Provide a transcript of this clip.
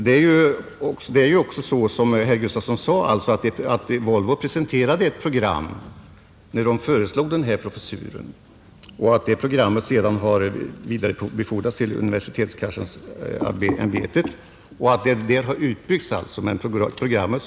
Det är också riktigt som herr Gustafson sade att Volvo presenterade ett program när man föreslog denna professur och att det har vidarebefordrats till universitetskanslersämbetet, som sedan byggt ut programmet.